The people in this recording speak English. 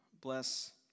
bless